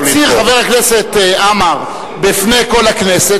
מצהיר חבר הכנסת עמאר בפני כל הכנסת